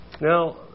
Now